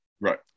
Right